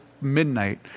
midnight